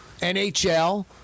NHL